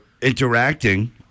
interacting